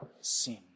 sin